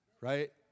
Right